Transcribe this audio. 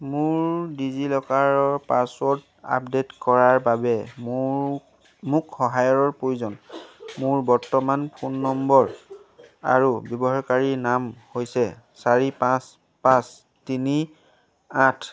মোৰ ডিজি লকাৰৰ পাছৱৰ্ড আপডেট কৰাৰ বাবে মোৰ মোক সহায়ৰ প্ৰয়োজন মোৰ বৰ্তমানৰ ফোন নম্বৰ আৰু ব্যৱহাৰকাৰীৰ নাম হৈছে চাৰি পাঁচ পাঁচ তিনি আঠ